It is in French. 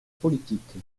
politiques